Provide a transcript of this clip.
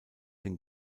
den